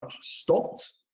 stopped